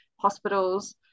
hospitals